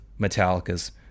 Metallica's